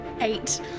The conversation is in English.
Eight